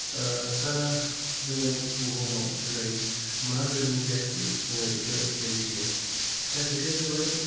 सारा जोङो बुहुमाव दिनै मा जादों जायाखै जोङो बेखौ मोन्थियो दा खोथाया जाबाय